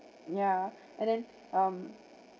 ya and then um